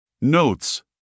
Notes